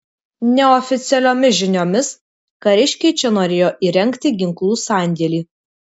neoficialiomis žiniomis kariškiai čia norėjo įrengti ginklų sandėlį